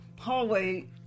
hallway